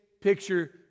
picture